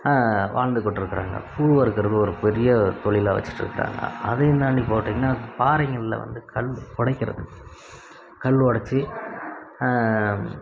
வாழ்ந்து கொண்டு இருக்கிறாங்க பூவறுக்கிறது ஒரு பெரிய தொழிலாக வைச்சுட்டு இருக்காங்க அதையும் தாண்டி பார்த்திங்ன்னா பாறைங்களில வந்து கல் உடைக்கிறது கல் உடச்சு